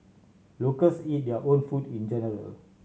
locals eat their own food in general